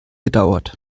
gedauert